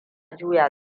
juya